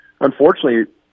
Unfortunately